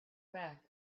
back